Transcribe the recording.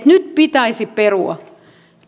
nyt pitäisi perua